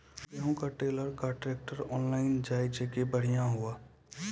गेहूँ का trailer contractor online जाए जैकी बढ़िया हुआ